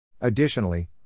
Additionally